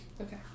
Okay